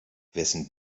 wessen